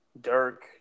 Dirk